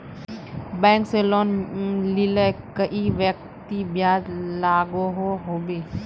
Bank से loan लिले कई व्यक्ति ब्याज लागोहो होबे?